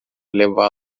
levá